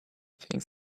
things